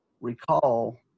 recall